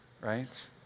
right